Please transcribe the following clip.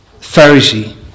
pharisee